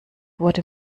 wurde